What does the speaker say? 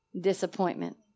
Disappointment